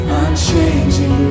unchanging